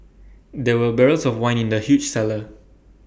there were barrels of wine in the huge cellar